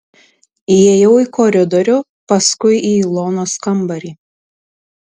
įėjau į koridorių paskui į ilonos kambarį